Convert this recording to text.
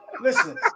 listen